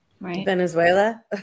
Venezuela